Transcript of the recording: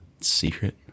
secret